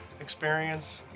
experience